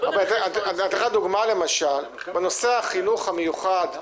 שתדון בנושא מינוי שופטים.